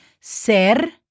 ser